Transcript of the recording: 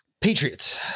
Patriots